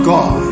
God